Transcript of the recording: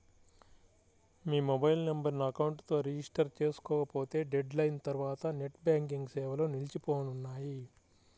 మీ mobile నెంబర్ను account తో register చేసుకోకపోతే డెడ్ లైన్ తర్వాత నెట్ బ్యాంకింగ్ సేవలు నిలిచిపోనున్నాయి